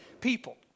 people